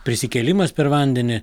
prisikėlimas per vandenį